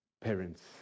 Parents